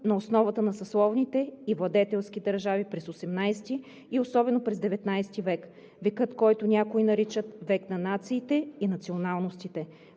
на основата на съсловните и владетелските държави през XVIII и особено през XIX век – векът, който някои наричат „Век на нациите и националностите“,